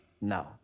No